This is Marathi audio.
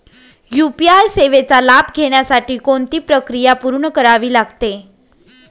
यू.पी.आय सेवेचा लाभ घेण्यासाठी कोणती प्रक्रिया पूर्ण करावी लागते?